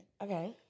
Okay